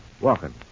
Walking